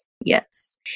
Yes